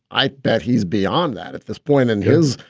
i bet he's beyond that at this point in his.